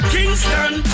Kingston